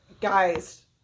Guys